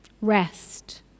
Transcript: rest